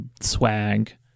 swag